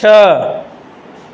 छह